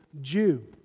Jew